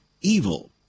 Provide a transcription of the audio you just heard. evil